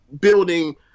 building